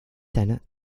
senate